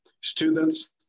students